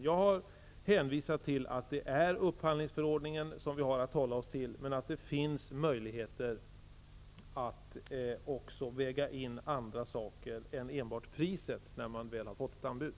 Jag har hänvisat till att det är upphandlingsförordningen som gäller, men att det finns möjligheter att också väga in andra faktorer än enbart priset när man väl har fått ett anbud.